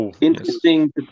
interesting